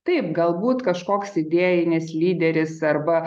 taip galbūt kažkoks idėjinis lyderis arba